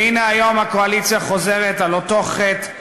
והנה, היום הקואליציה חוזרת על אותו חטא,